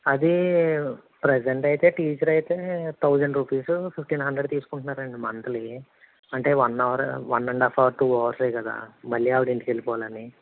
అది ప్రజెంట్ అయితే టీచర్ అయితే తౌజండ్ రూపీసు ఫిఫ్టీన్ హండ్రెడ్ తీసుకుంటున్నారండి మంత్లీ అంటే one hour one and half hour two అవర్సే కదా మళ్ళీ ఆవిడ ఇంటికెళ్ళిపోవాలని